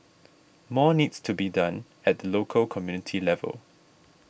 more needs to be done at the local community level